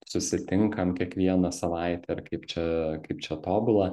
susitinkam kiekvieną savaitę ir kaip čia kaip čia tobula